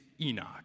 Enoch